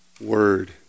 Word